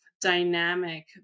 dynamic